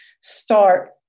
start